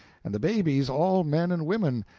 and the babies all men and women,